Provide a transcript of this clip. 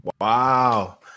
Wow